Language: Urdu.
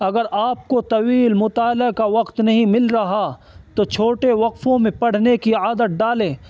اگر آپ کو طویل مطالعہ کا وقت نہیں مل رہا تو چھوٹے وقفوں میں پڑھنے کی عادت ڈالیں